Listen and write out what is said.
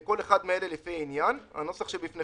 גם אם היא פחתה ב-2% או הפסיק לקבל שעות נוספות בעבודה שלו,